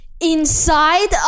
Inside